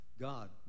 God